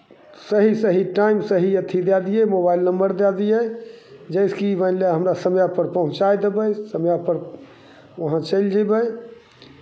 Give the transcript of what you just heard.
सही सही टाइम सही अथी दए दियै मोबाइल नम्बर दए दियै जैसे की मानि लए हमरा समएपर पहुँचाए देबै समएपर ओहाँ चलि जयबै